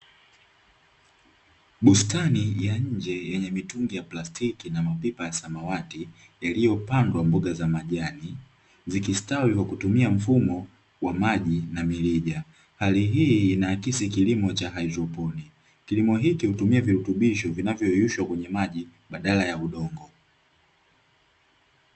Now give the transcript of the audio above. Bustani ya nje yenye mitungi ya plastiki na mapipa ya samawati yaliyopandwa mboga za majani, zikistawi kwa kutumia mfumo wa maji na mirija. Hali hii inaakisi kilimo cha haidroponi, kilimo hiki hutumia virutubisho vinavyo yeyushwa kwenye maji badala ya udongo.